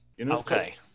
Okay